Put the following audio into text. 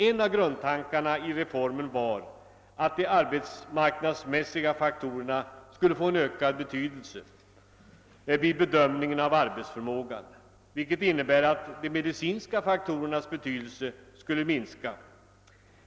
En av grundtankarna i reformen var att de arbetsmarknadsmässiga faktorerna skulle få ökad betydelse vid bedömningen av arbetsförmågan, vilket innebär att de medicinska faktorernas betydelse skulle minska.